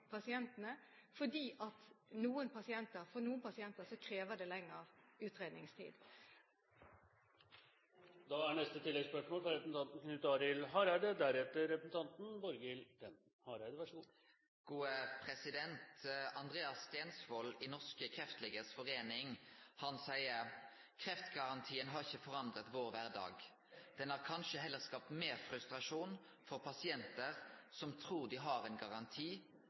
Knut Arild Hareide – til oppfølgingsspørsmål. Andreas Stensvold i kreftleganes foreining seier: «Den» – kreftgarantien – «har ikke forandret vår hverdag. Den har kanskje heller skapt mer frustrasjon for pasienter som tror de har en garanti,